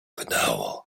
wydało